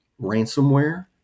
ransomware